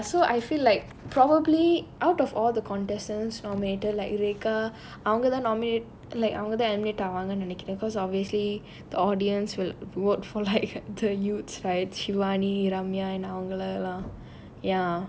all ya so I feel like probably out of all the contestants no matter like rekha அவங்க தான்:avanga thaan nominate like அவங்க தான்:avanga thaan eliminate ஆவாங்க நினைக்கிறேன்:aavaanga ninaikkiraen because obviously the audience will work for like the youths right shivani ramya and அவங்கள எல்லாம்:avangala ellaam